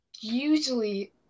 usually